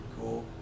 cool